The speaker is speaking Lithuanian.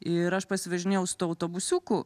ir aš pasivažinėjau su tuo autobusiuku